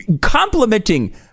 complimenting